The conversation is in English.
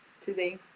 today